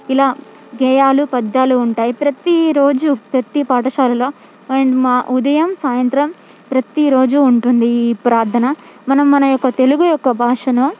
ఇలా గేయాలు పద్యాలు ఉంటాయి ప్రతీరోజు ప్రతీ పాఠశాలలో అండ్ మా ఉదయం సాయంత్రం ప్రతీరోజూ ఉంటుంది ఈ ప్రార్థన మనం మన యొక్క తెలుగు యొక్క భాషను